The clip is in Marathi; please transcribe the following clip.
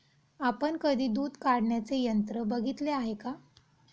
आपण कधी दूध काढण्याचे यंत्र बघितले आहे का?